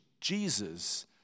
Jesus